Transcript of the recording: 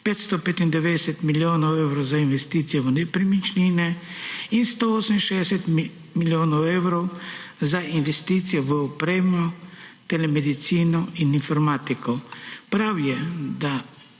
595 milijonov evrov za investicije v nepremičnine in 168 milijonov evrov za investicije v opremo, telemedicino in informatiko. Prav je, da